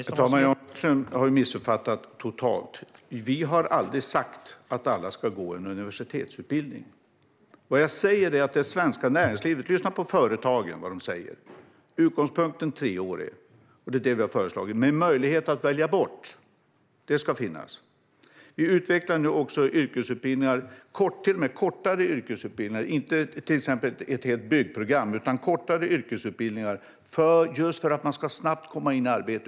Herr talman! Jan Björklund har missuppfattat totalt. Vi har aldrig sagt att alla ska gå en universitetsutbildning. Lyssna på företagen och vad de säger! Utgångspunkten är treåriga program, och det är det vi har föreslagit. Men möjligheten att välja bort ska finnas. Vi utvecklar nu också yrkesutbildningar - till och med kortare sådana. Det behöver inte vara till exempel ett helt byggprogram, utan kortare yrkesutbildningar just för att man snabbt ska komma in i arbete.